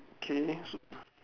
okay so